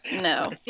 No